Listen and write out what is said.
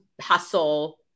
hustle